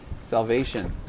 salvation